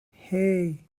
hey